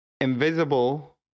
invisible